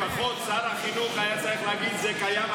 לפחות שר החינוך היה צריך להגיד: זה קיים,